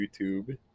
YouTube